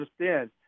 understand